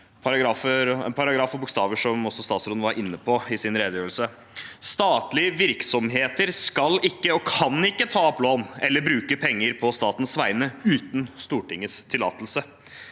en paragraf og bokstaver som også statsråden var inne på i sin redegjørelse. Statlige virksomheter skal ikke og kan ikke ta opp lån eller bruke penger på statens vegne uten Stortingets tillatelse.